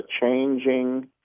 changing